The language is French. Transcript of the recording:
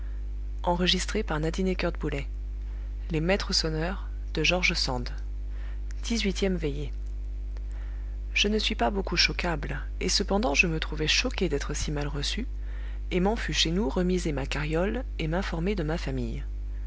dix-huitième veillée je ne suis pas beaucoup choquable et cependant je me trouvai choqué d'être si mal reçu et m'en fus chez nous remiser ma carriole et m'informer de ma famille